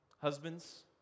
Husbands